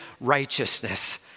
righteousness